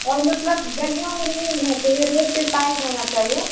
اور مطلب دلیاوں میں نہیں ہونا چاہیے روڈ کے سائڈ ہونا چاہیے